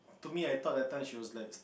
to me I thought that time she was like